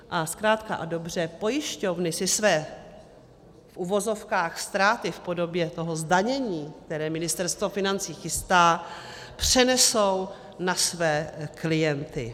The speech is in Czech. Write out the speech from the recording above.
A zkrátka a dobře, pojišťovny si své v uvozovkách ztráty v podobě zdanění, které Ministerstvo financí chystá, přenesou na své klienty.